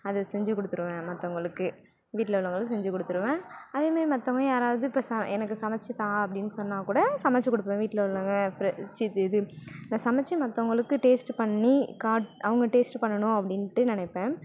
அது செஞ்சி கொடுத்துருவேன் மத்தவங்களுக்கு வீட்டில உள்ளவங்களுக்கு செஞ்சு கொடுத்துருவேன் அதே மாரி மத்தவங்க யாராவது இப்போ ச எனக்கு சமைச்சி தா அப்படின்னு சொன்னால் கூட சமைச்சி கொடுப்பேன் வீட்டில உள்ளவங்க ஃப்ரி ச்சி இது நான் சமைச்சி மத்தவங்களுக்கு டேஸ்ட்டு பண்ணி காட் அவங்க டேஸ்ட்டு பண்ணணும் அப்படின்ட்டு நினைப்பேன்